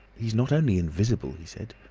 he's not only invisible, he said,